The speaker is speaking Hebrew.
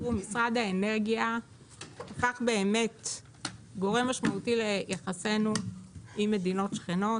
משרד האנרגיה הפך להיות גורם משמעותי ליחסינו עם מדינות שכנות.